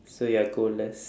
so you are goalless